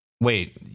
Wait